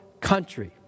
country